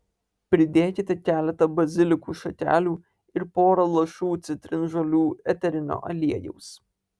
pridėkite keletą bazilikų šakelių ir pora lašų citrinžolių eterinio aliejaus